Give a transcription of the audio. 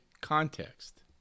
context